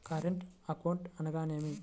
Current account అనగా ఏమిటి?